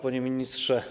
Panie Ministrze!